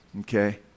okay